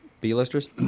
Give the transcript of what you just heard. B-listers